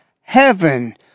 heaven